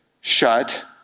shut